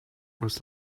was